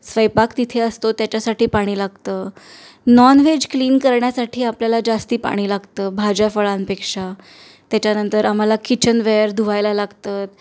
स्वयंपाक तिथे असतो त्याच्यासाठी पाणी लागतं नॉन व्हेज क्लीन करण्यासाठी आपल्याला जास्त पाणी लागतं भाज्या फळांपेक्षा त्याच्यानंतर आम्हाला किचनवेअर धुवायला लागतं